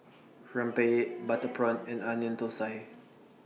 Rempeyek Butter Prawn and Onion Thosai